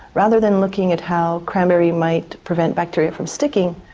rather than looking at how cranberry might prevent bacteria from sticking,